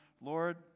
Lord